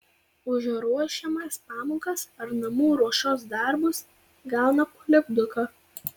už ruošiamas pamokas ar namų ruošos darbus gauna po lipduką